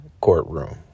courtroom